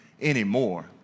anymore